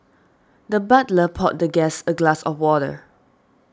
the butler poured the guest a glass of water